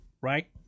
right